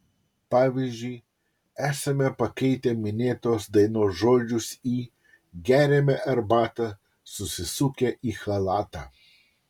pavyzdžiui esame pakeitę minėtos dainos žodžius į geriame arbatą susisukę į chalatą